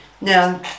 now